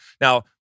now